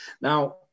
Now